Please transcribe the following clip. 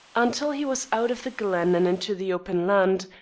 until he was out of the glen and into the open land,